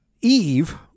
Eve